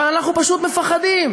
אבל אנחנו פשוט מפחדים.